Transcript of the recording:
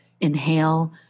Inhale